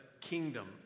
kingdom